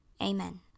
Amen